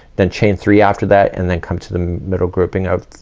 then chain three after that, and then come to the middle grouping of,